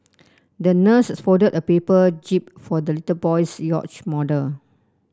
the nurse folded a paper jib for the little boy's yacht model